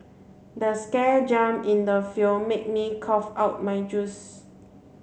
the scare jump in the film made me cough out my juice